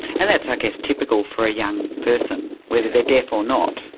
and that's i guess typical for a young person, whether they're deaf or not.